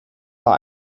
war